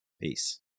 Peace